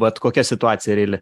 vat kokia situacija reali